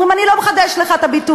אומרים: אני לא מחדש לך את הביטוח.